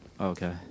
Okay